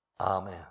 Amen